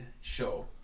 Show